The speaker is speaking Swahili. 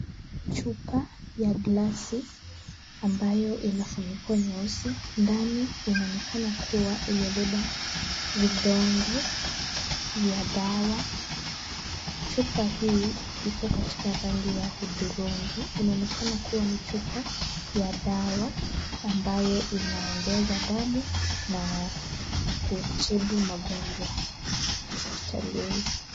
Chupa ya glasi ambayo ina funiko nyeusi. Ndani inaonekana kuwa imebeba vidonge vya dawa. Chupa hii iko katika rangi ya hudhurungi. Inaonekana kuwa ni chupa ya dawa ambayo inaongeza damu na kutibu magonjwa hospitalini.